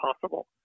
possible